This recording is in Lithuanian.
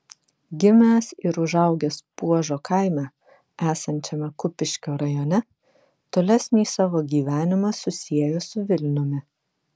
gimęs ir užaugęs puožo kaime esančiame kupiškio rajone tolesnį savo gyvenimą susiejo su vilniumi